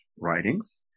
writings